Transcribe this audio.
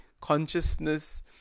consciousness